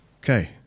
okay